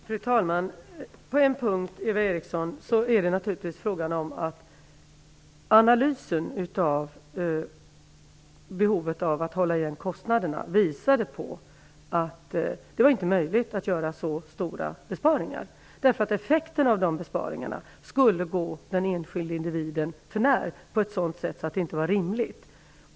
Fru talman! Eva Eriksson! På en punkt visade analysen av behovet av att hålla igen kostnaderna att det inte var möjligt att göra så stora besparingar, eftersom effekten av de besparingarna skulle gå den enskilde individen för när på ett sätt som inte var rimligt.